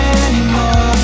anymore